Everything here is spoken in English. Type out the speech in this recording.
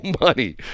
money